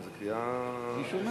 לפיכך,